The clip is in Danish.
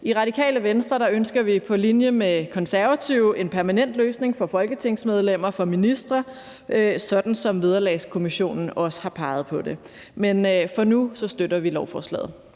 I Radikale Venstre ønsker vi på linje med Konservative en permanent løsning for folketingsmedlemmer og for ministre, sådan som Vederlagskommissionen også har peget på. Men for nu støtter vi lovforslaget.